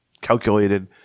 calculated